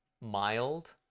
mild